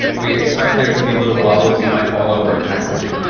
we expect there to be little wobbles. you might fall over a time or two.